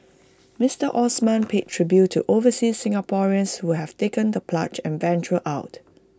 Mister Osman paid tribute to overseas Singaporeans who have taken the plunge and ventured out